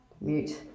Mute